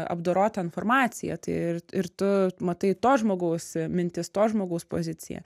apdorotą informaciją tai ir ir tu matai to žmogaus mintis to žmogaus poziciją